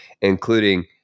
including